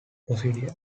procedure